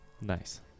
Nice